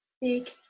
Big